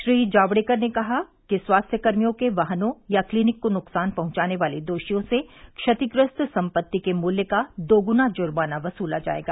श्री जावड़ेकर ने कहा कि स्वास्थ्यकर्मियों के वाहनों या क्लीनिक को नुकसान पहुंचाने वाले दोषियों से क्षतिग्रस्त सम्पत्ति के मूल्य का दोगुना जुर्माना वसूला जाएगा